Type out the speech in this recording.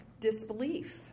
disbelief